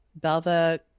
Belva